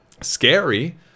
Scary